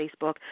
Facebook